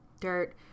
dirt